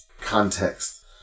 context